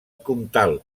comtal